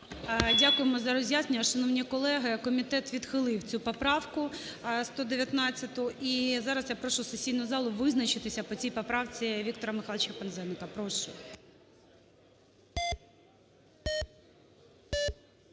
Дякуємо за роз'яснення. Шановні колеги! Комітет відхилив цю поправку 119 і зараз я прошу сесійну залу визначитися по цій поправці Віктора Михайловича Пинзеника, прошу.